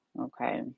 okay